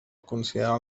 considerar